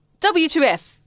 W2F